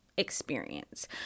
experience